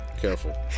Careful